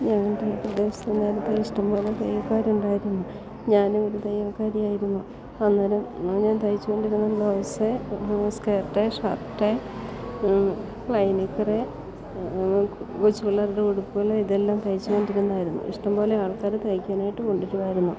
ഞങ്ങളുടെ ഈ പ്രദേശത്ത് നേരത്തേ ഇഷ്ടം പോലെ തയ്യൽക്കാരുണ്ടായിരുന്നു ഞാനും ഒരു തയ്യൽക്കാരി ആയിരുന്നു അന്നേരം ഞാൻ തയ്ച്ചു കൊണ്ടിരുന്നത് ബ്ലൗസ്സ് സ്കേർട്ടേ ഷർട്ട് ഫ്ളൈ നിക്കർ കൊച്ചു പിള്ളേരുടെ ഉടുപ്പുകൾ ഇതെല്ലാം തയ്ച്ചു കൊണ്ടു ഇരുന്നായിരുന്നു ഇഷ്ടം പോലെ ആൾക്കാർ തയ്ക്കാനായിട്ട് കൊണ്ടു വരുമായിരുന്നു